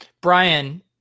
Brian